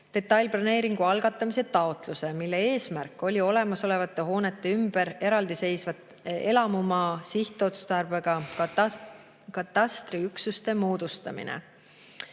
detailplaneeringu algatamise taotluse, mille eesmärk oli olemasolevate hoonete ümber eraldiseisvate elamumaa sihtotstarbega katastriüksuste moodustamine.